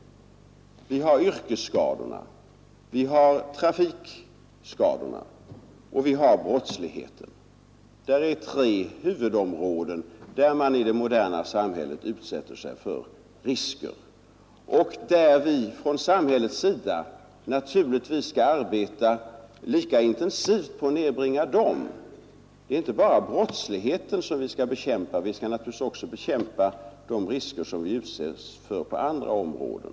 Vi har yrkesskadorna, vi har trafikskadorna och vi har brottsligheten. Där är tre huvudområden, där man i det moderna samhället utsätts för risker. Från samhällets sida skall vi naturligtvis arbeta lika intensivt på att nedbringa riskerna inom samtliga dessa områden. Det är inte bara brottsligheten vi skall bekämpa, vi skall också bekämpa de risker som finns på andra områden.